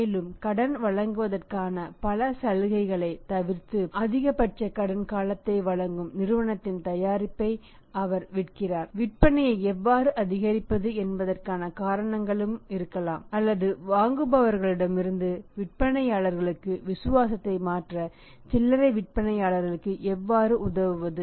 மேலும் கடன் வழங்குவதற்கான பல சலுகைகளைத் தவிர்த்து அதிகபட்ச கடன் காலத்தை வழங்கும் நிறுவனத்தின் தயாரிப்பை அவர் விற்கிறார் விற்பனையை எவ்வாறு அதிகரிப்பது என்பதற்கான காரணங்களும் இருக்கலாம் அல்லது வாங்குபவர்களிடமிருந்து விற்பனையாளர்களுக்கு விசுவாசத்தை மாற்ற சில்லறை விற்பனையாளருக்கு எவ்வாறு உதவுவது